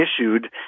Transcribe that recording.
issued